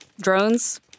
drones